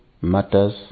matters